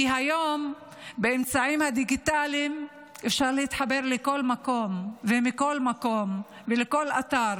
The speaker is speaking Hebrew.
כי היום באמצעים הדיגיטליים אפשר להתחבר לכל מקום מכל מקום ולכל אתר,